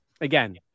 again